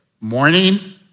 morning